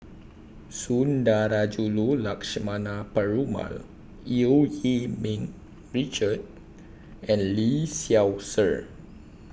Sundarajulu Lakshmana Perumal EU Yee Ming Richard and Lee Seow Ser